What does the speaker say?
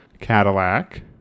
Cadillac